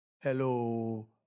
Hello